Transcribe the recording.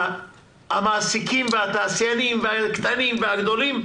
המעסיקים והתעשיינים הקטנים והגדולים,